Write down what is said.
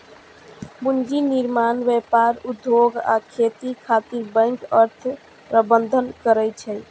पूंजी निर्माण, व्यापार, उद्योग आ खेती खातिर बैंक अर्थ प्रबंधन करै छै